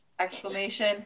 exclamation